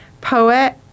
poet